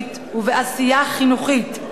חברתית ובעשייה חינוכית.